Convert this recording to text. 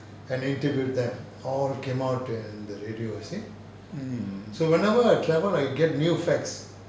mm